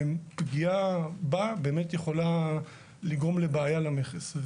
פגיעה בה באמת יכולה לגרום לבעיה למכס.